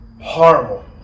Horrible